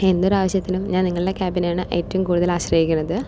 എന്തൊരാവശ്യത്തിനും ഞാൻ നിങ്ങളുടെ ക്യാബിനെയാണ് ഏറ്റവും കൂടുതൽ ആശ്രയിക്കുന്നത്